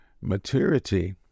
maturity